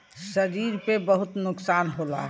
शरीर पे बहुत नुकसान होला